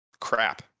crap